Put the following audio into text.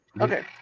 okay